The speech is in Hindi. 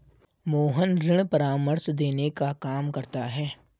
मोहन ऋण परामर्श देने का काम करता है